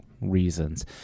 reasons